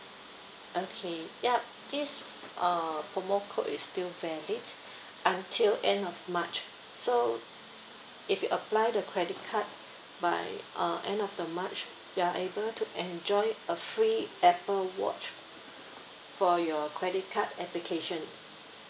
okay yup yes uh promo code is still valid until end of march so if you apply the credit card by uh end of the march you are able to enjoy a free apple watch for your credit card application